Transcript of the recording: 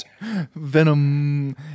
Venom